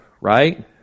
right